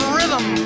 Rhythm